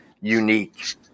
unique